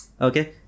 okay